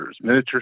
miniature